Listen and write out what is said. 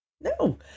No